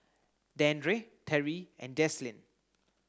Dandre Terry and Jaslyn